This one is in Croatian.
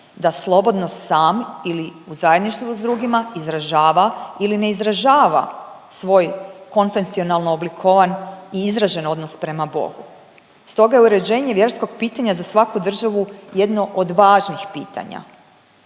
da slobodno sam ili u zajedništvu s drugima izražava ili ne izražava svoj kontencionalno oblikovan i izražen odnos prema Bogu. Stoga je uređenje vjerskog pitanja za svaku državu jedno od važnih pitanja.